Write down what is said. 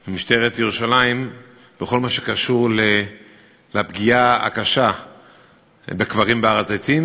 של משטרת ירושלים בכל מה שקשור לפגיעה הקשה בקברים בהר-הזיתים,